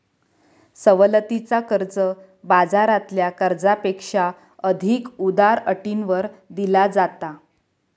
सवलतीचा कर्ज, बाजारातल्या कर्जापेक्षा अधिक उदार अटींवर दिला जाता